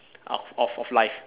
of of of life